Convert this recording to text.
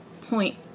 point